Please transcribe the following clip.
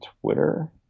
Twitter